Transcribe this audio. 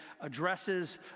addresses